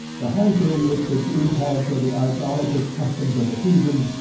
the hankering which the jews had for the idolatrous customs of the heathens,